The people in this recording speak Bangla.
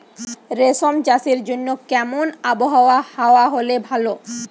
রেশম চাষের জন্য কেমন আবহাওয়া হাওয়া হলে ভালো?